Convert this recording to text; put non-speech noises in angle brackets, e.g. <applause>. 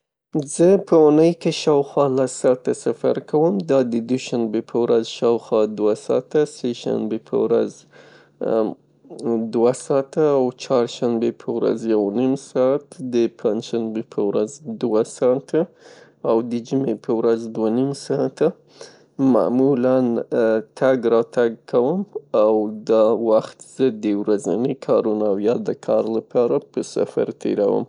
زه په اونۍ کې شاوخوا لس ساته سفر کوم. دا د دوشنبې په ورځ شاوخوا دوه ساته، د سه شنبې په ورځ <hesitation> دوه ساته او چارشنې په ورځ یو نیم سات. د پنجشنبه په ورځ دوه ساته او د جمې په ورځ دوه نیم ساته. معمولان ، <hesitation> تګ راتګ کوم، او دا وخت زه د ورځني کارونو او یا د کار لپاره په سفر تیروم.